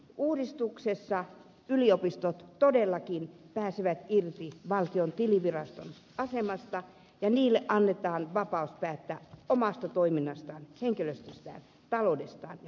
uudistuksessa yliopistot todellakin pääsevät irti valtion tiliviraston asemasta ja niille annetaan vapaus päättää omasta toiminnastaan henkilöstöstään taloudestaan ja profiilistaan